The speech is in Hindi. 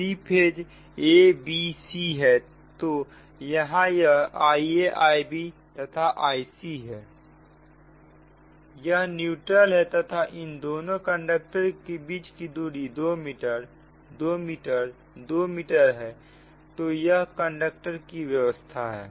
3 फेज a b c हैं तो यह IaIbतथा Ic है यह न्यूट्रल है तथा इन दोनों कंडक्टर की बीच की दूरी 2 मीटर 2 मीटर और 2 मीटर है तो यह कंडक्टर की व्यवस्था है